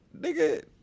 nigga